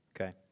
okay